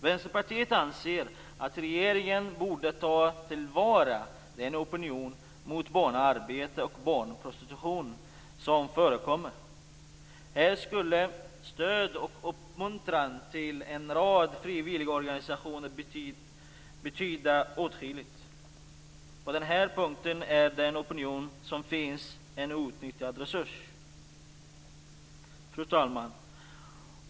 Vänsterpartiet anser att regeringen borde ta till vara den opinion mot barnarbete och barnprostitution som finns. Här skulle stöd till och uppmuntran av en rad frivilligorganisationer betyda åtskilligt. På den här punkten är den opinion som finns en outnyttjad resurs. Fru talman!